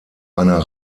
einer